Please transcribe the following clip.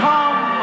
Come